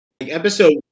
episode